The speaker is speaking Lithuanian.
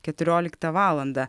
keturioliktą valandą